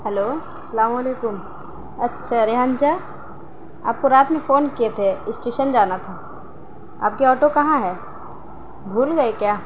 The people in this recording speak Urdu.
ہیلو سلام علیکم اچھا ریحان چا آپ کو رات میں فون کیے تھے اسٹیشن جانا تھا آپ کی آٹو کہاں ہے بھول گئے کیا